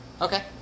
Okay